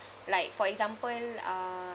like for example uh